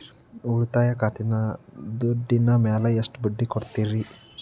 ಉಳಿತಾಯ ಖಾತೆದಾಗಿನ ದುಡ್ಡಿನ ಮ್ಯಾಲೆ ಎಷ್ಟ ಬಡ್ಡಿ ಕೊಡ್ತಿರಿ?